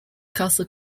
castle